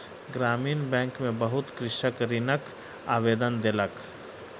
ग्रामीण बैंक में बहुत कृषक ऋणक आवेदन देलक